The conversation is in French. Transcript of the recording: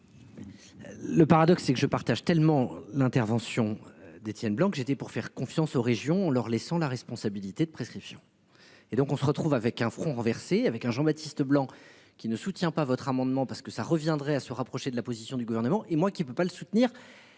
Le paradoxe, c'est que je partage tellement l'intervention d'Étienne Blanc que j'étais pour faire confiance aux régions leur laissant la responsabilité de prescription et donc on se retrouve avec un front renversé avec un Jean-Baptiste Leblanc qui ne soutient pas votre amendement parce que ça reviendrait à se rapprocher de la position du gouvernement et moi qui ne peut pas le soutenir